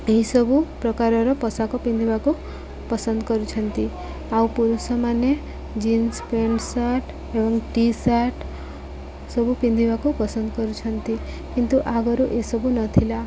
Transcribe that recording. ଏହିସବୁ ପ୍ରକାରର ପୋଷାକ ପିନ୍ଧିବାକୁ ପସନ୍ଦ କରୁଛନ୍ତି ଆଉ ପୁରୁଷମାନେ ଜିନ୍ସ ପ୍ୟାଣ୍ଟ ସାର୍ଟ ଏବଂ ଟି ସାର୍ଟ ସବୁ ପିନ୍ଧିବାକୁ ପସନ୍ଦ କରୁଛନ୍ତି କିନ୍ତୁ ଆଗରୁ ଏସବୁ ନଥିଲା